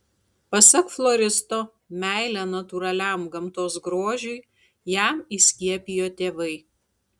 pasak floristo meilę natūraliam gamtos grožiui jam įskiepijo tėvai